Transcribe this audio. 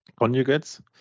conjugates